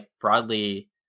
broadly